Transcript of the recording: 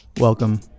Welcome